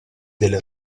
delle